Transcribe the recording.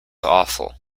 awful